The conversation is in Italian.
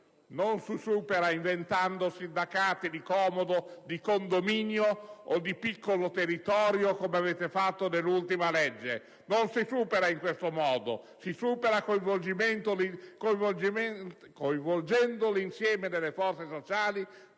i più deboli, inventando sindacati di comodo, di condominio o di piccolo territorio come avete fatto nell'ultima legge. Non si supera in questo modo, ma coinvolgendo l'insieme delle forze sociali,